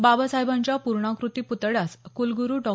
बाबासाहेबांच्या पूर्णाकृती प्तळ्यास कुलगुरु डॉ